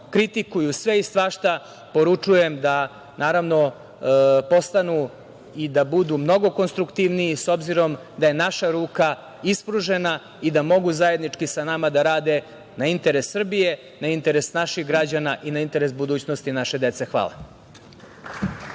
kritikuju sve i svašta poručujem da postanu i da budu mnogo konstruktivniji, obzirom da je naša ruka ispružena i da mogu zajednički sa nama da rade na interes Srbije, na interes naših građana i na interes budućnosti naše dece. Hvala.